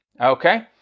okay